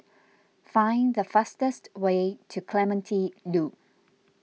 find the fastest way to Clementi Loop